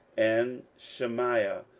and shemaiah,